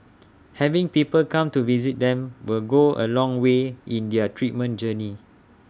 having people come to visit them will go A long way in their treatment journey